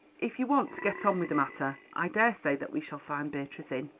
if you want to get on with the matter, i daresay that we shall find beatrice in.